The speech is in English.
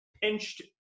pinched